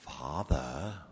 Father